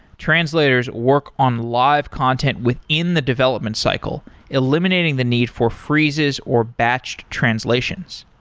translators work on live content within the development cycle, eliminating the need for freezes or batched translations.